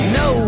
no